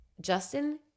Justin